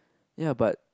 ya but